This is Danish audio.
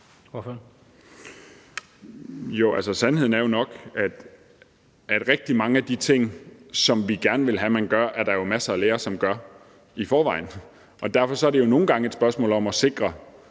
Sandheden er jo nok, at rigtig mange af de ting, som vi gerne vil have, man gør, er der jo masser af lærere, som gør i forvejen. Derfor er det jo nogle gange et spørgsmål om at sikre,